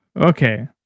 Okay